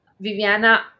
Viviana